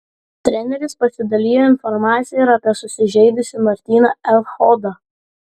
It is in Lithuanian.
treneris pasidalijo informacija ir apie susižeidusį martyną echodą